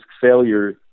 failure